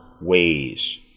ways